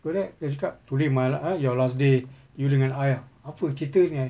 go there dia cakap today my la~ your last day you dengan I ah apa ceritanya